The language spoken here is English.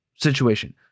situation